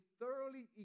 thoroughly